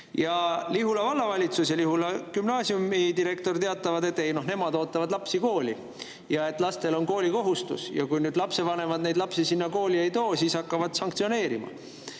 Lihula Vallavalitsus ja Lihula Gümnaasiumi direktor teatavad, et nemad ootavad lapsi kooli ja et lastel on koolikohustus, ja kui lapsevanemad neid lapsi sinna kooli ei too, siis hakatakse sanktsioneerima.